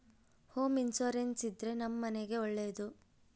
home insurance ಇದ್ರೆ ನಮ್ ಮನೆಗ್ ಒಳ್ಳೇದು